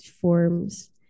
forms